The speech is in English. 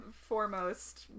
foremost